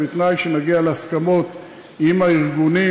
ובתנאי שנגיע להסכמות עם הארגונים,